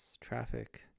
traffic